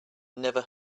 never